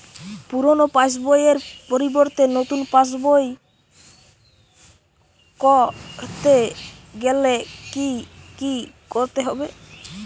পুরানো পাশবইয়ের পরিবর্তে নতুন পাশবই ক রতে গেলে কি কি করতে হবে?